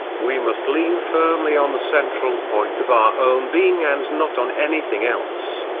we must lean firmly on the central point of our own being and not on anything else.